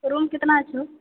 room कितना छह